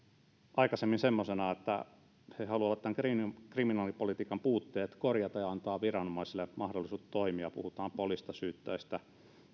aikaisemmin semmoisina että he haluavat kriminaalipolitiikan puutteet korjata ja antaa viranomaisille mahdollisuudet toimia puhutaan poliisista syyttäjistä